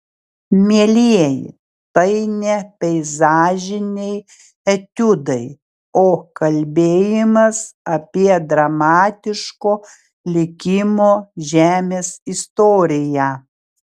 mielieji tai ne peizažiniai etiudai o kalbėjimas apie dramatiško likimo žemės istoriją